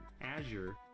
azure